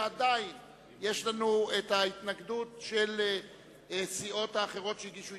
ועדיין יש לנו ההתנגדות של הסיעות האחרות שהגישו התנגדות,